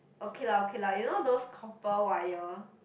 okay lah okay lah you know those copper wire